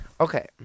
Okay